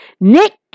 Nick